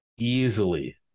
easily